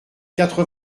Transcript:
quatre